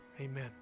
Amen